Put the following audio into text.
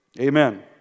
Amen